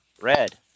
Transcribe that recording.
Red